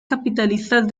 capitalistas